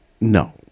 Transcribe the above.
No